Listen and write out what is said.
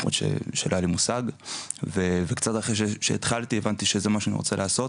למרות שלא היה לי מושג וקצת אחרי שהתחלתי הבנתי שזה מה שאני רוצה לעשות.